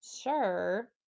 Sure